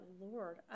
Lord